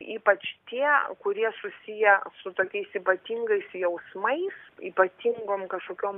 ypač tie kurie susiję su tokiais ypatingais jausmais ypatingom kažkokiom